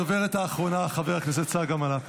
הדוברת האחרונה, חברת הכנסת צגה מלקו.